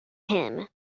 him